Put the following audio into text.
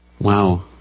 wow